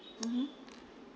mmhmm